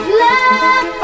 love